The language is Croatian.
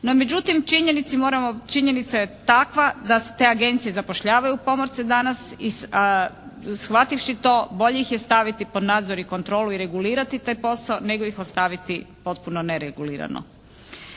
Međutim činjenica je takva da se te agencije zapošljavaju pomorce danas i shvativši to bolje ih je staviti pod nadzor i kontrolu i regulirati taj posao nego ih ostaviti potpuno neregulirano.